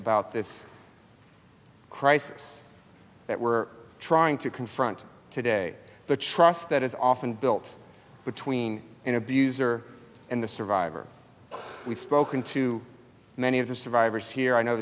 about this crisis that we're trying to confront today the trust that is often built between an abuser and the survivor we've spoken to many of the survivors here i know